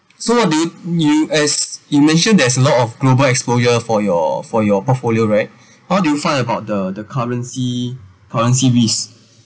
so li~ in U_S you mentioned there's a lot of global exposure for your for your portfolio right how do you find about the the currency currency risk